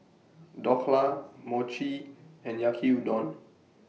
Dhokla Mochi and Yaki Udon